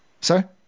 Sir